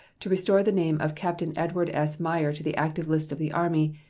to restore the name of captain edward s. meyer to the active list of the army,